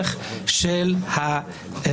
כאן את הקול של הרופאים והרופאות בישראל: אנחנו מביעים